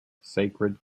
sacred